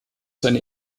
seine